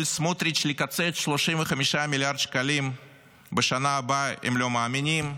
סמוטריץ לקצץ 35 מיליארד שקלים בשנה הבאה הם לא מאמינים,